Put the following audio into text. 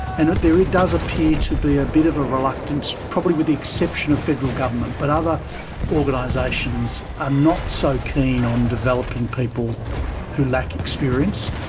and there does appear to be a bit of a reluctance probably with the exception of federal government but other organisations are not so keen on developing people who lack experience,